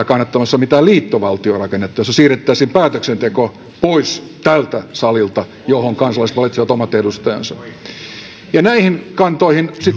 kannattamassa mitään liittovaltiorakennetta jossa siirrettäisiin päätöksenteko pois tältä salilta johon kansalaiset valitsevat omat edustajansa näihin kantoihin